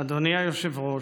אדוני היושב-ראש,